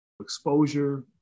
exposure